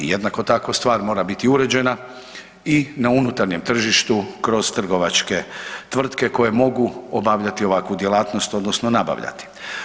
Jednako tako stvar mora biti uređena i na unutarnjem tržištu kroz trgovačke tvrtke koje mogu obavljati ovakvu djelatnost odnosno nabavljati.